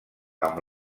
amb